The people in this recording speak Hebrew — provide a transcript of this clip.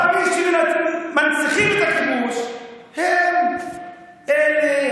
אבל מי שמנציחים את הכיבוש הם הטובים.